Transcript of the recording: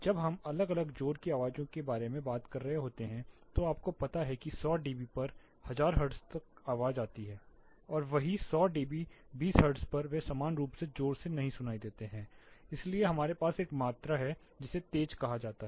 जब हम अलग अलग ज़ोर की आवाज़ों के बारे में बात कर रहे होते हैं तो आपको पता है कि 100 डीबी पर 1000 हर्ट्ज़ पर आवाज़ आती है और वही 100 डीबी 20 हर्ट्ज़ पर वे समान रूप से ज़ोर से नहीं सुनाई देते हैं इसलिए हमारे पास एक मात्रा है जिसे तेज कहा जाता है